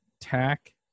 tack